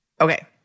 Okay